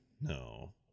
No